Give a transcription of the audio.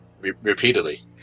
repeatedly